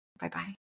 bye-bye